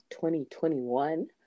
2021